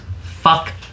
fuck